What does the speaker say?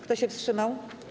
Kto się wstrzymał?